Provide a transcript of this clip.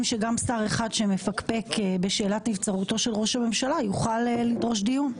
שגם שר אחד שמפקפק בשאלת נבצרותו של ראש הממשלה יוכל לדרוש דיון.